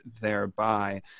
thereby